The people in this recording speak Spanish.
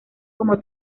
como